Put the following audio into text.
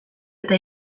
eta